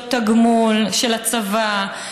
פעולות תגמול של הצבא,